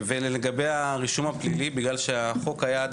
לגבי רישום הפלילי, בגלל שהחוק היה עד